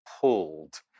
pulled